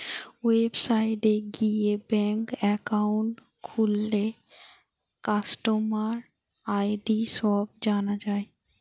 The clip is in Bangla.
ওয়েবসাইটে গিয়ে ব্যাঙ্ক একাউন্ট খুললে কাস্টমার আই.ডি সব জানা যায়